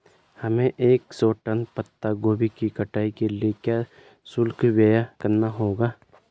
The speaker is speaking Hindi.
हमें एक सौ टन पत्ता गोभी की कटाई के लिए क्या शुल्क व्यय करना होगा?